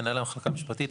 מנהל המחלקה המשפטית,